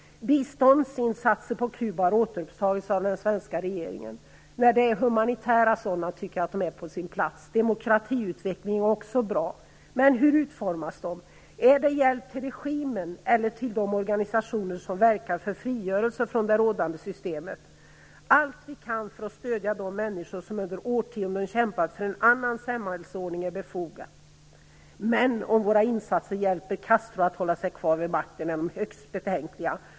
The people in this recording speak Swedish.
Biståndsinsatser på Kuba har återupptagits av den svenska regeringen. Jag tycker att det är på sin plats med humanitära sådana. Demokratiutveckling är också bra. Men hur utformas de? Är det hjälp till regimen eller till de organisationer som verkar för frigörelse från det rådande systemet? Det är befogat att vi gör allt vi kan för att stödja de människor som under årtionden kämpat för en annan samhällsordning, men om våra insatser hjälper Castro att hålla sig kvar vid makten är de högst betänkliga.